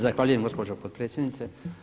Zahvaljujem gospođo potpredsjednice.